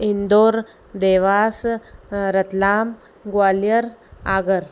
Indore Dewas Ratlam Gwalior Agra